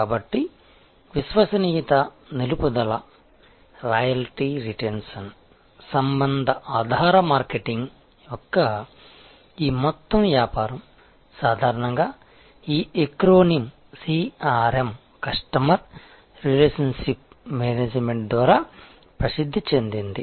కాబట్టి విశ్వసనీయత నిలుపుదలలాయల్టీ రిటెన్షన్ సంబంధ ఆధారిత మార్కెటింగ్ యొక్క ఈ మొత్తం వ్యాపారం సాధారణంగా ఈ acronym CRM customer relationship management ద్వారా ప్రసిద్ధి చెందింది